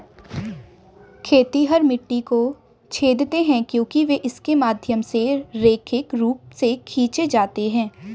खेतिहर मिट्टी को छेदते हैं क्योंकि वे इसके माध्यम से रैखिक रूप से खींचे जाते हैं